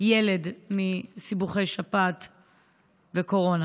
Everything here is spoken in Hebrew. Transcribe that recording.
ילד מסיבוכי שפעת וקורונה.